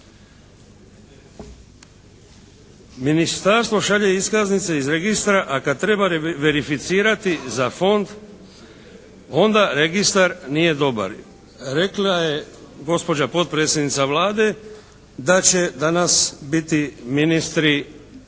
Ministarstvo šalje iskaznice iz registra, a kad treba verificirati za fond onda registar nije dobar. Rekla je gospođa potpredsjednica Vlade da će danas biti ministri